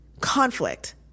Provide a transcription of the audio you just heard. conflict